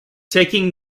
taking